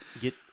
get